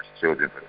children